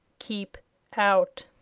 keep out.